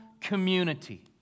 community